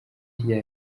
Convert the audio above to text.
rya